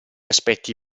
aspetti